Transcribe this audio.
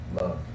love